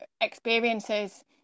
experiences